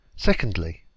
Secondly